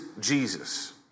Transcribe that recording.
Jesus